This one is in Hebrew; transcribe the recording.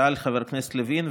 ושואל השאילתה חבר הכנסת לוין,